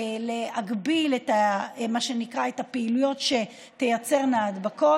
להגביל את מה שנקרא הפעילויות שתייצרנה הדבקות.